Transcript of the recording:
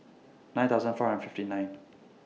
nine thousand four hundred and fifty nine